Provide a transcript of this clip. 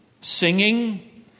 singing